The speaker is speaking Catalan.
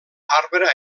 arbre